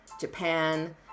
Japan